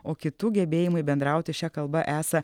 o kitų gebėjimai bendrauti šia kalba esą